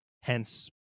Hence